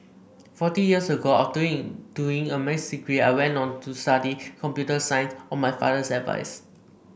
forty years ago after doing doing a Maths degree I went on to study computer science on my father's advice